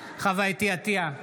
חוה אתי עטייה,